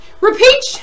Repeat